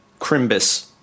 Crimbus